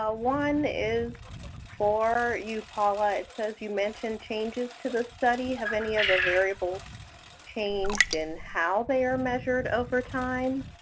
ah one is for you, paula. it says you mentioned changes to the study. have any of the variables changed in how they are measured over time?